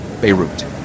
Beirut